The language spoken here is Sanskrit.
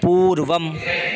पूर्वम्